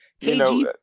KG